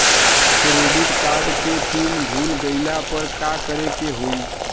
Credit card के PIN भूल गईला पर का करे के होई?